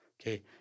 Okay